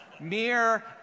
mere